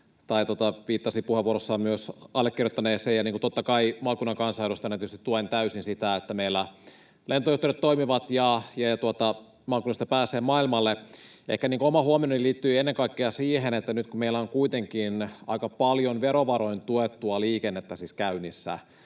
viittasi puheenvuorossaan myös allekirjoittaneeseen, ja totta kai maakunnan kansanedustajana tietysti tuen täysin sitä, että meillä lentoyhteydet toimivat ja maakunnista pääsee maailmalle. Ehkä oma huomioni liittyi ennen kaikkea siihen, että nyt, kun meillä on kuitenkin aika paljon verovaroin tuettua liikennettä käynnissä,